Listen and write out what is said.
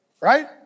Right